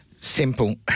simple